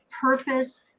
purpose